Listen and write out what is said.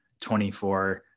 24